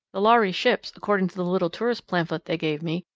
the lhari ships, according to the little tourist pamphlet they gave me,